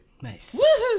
nice